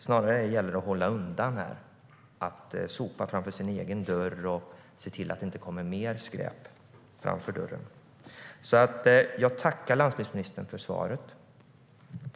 Snarare gäller det att hålla undan här, sopa framför sin egen dörr och se till att det inte kommer mer skräp framför dörren. Jag tackar landsbygdsministern för svaret.